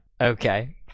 okay